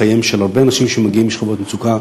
חייהם של הרבה אנשים שמגיעים משכבות מצוקה.